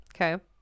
okay